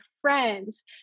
friends